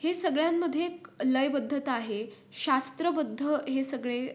हे सगळ्यांमध्ये एक लयबद्धता आहे शास्त्रबद्ध हे सगळे